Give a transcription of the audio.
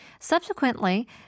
Subsequently